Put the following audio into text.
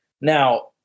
Now